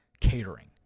catering